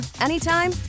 anytime